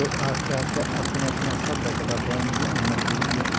ते आस्तै आस्तै अपने अपने हिसाबै कताबै आमदन जेह्ड़ी ऐ